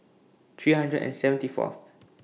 three hundred and seventy Fourth